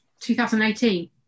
2018